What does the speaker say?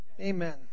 Amen